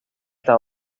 está